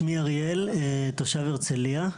שמי אריאל תושב הרצליה,